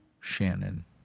Shannon